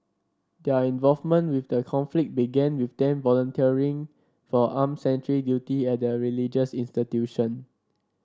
their involvement with the conflict began with them volunteering for armed sentry duty at the religious institution